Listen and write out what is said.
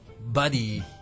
Buddy